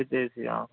with AC